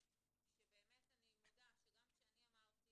באמת אני מודה שגם כשאני אמרתי,